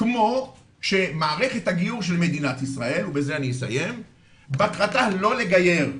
כמו שמערכת הגיור של מדינת ישראל - ובזה אני יסיים - מטרתה לא לגייר,